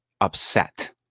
upset